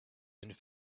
and